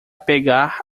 pegar